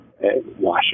Washington